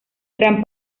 gran